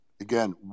again